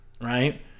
right